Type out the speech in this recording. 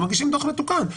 ומגישים דוח מתוקן.